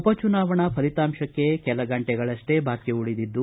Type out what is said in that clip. ಉಪ ಚುನಾವಾಣಾ ಫಲಿತಾಂಶಕ್ಕೆ ಕೆಲ ಗಂಟೆಗಳಷ್ಟೇ ಬಾಕಿ ಉಳಿದಿದ್ದು